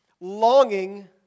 longing